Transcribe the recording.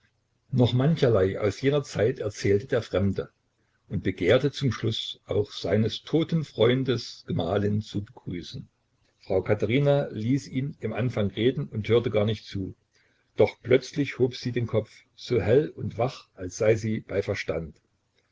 noch mancherlei aus jener zeit erzählte der fremde und begehrte zum schluß auch seines toten freundes gemahlin zu begrüßen frau katherina ließ ihn im anfang reden und hörte gar nicht zu doch plötzlich hob sie den kopf so hell und wach als sei sie bei verstand